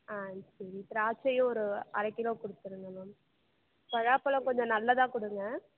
ஆ சரி திராட்சையும் ஒரு அரைக் கிலோ கொடுத்துருங்க மேம் பழாப்பழம் கொஞ்சம் நல்லதாக கொடுங்க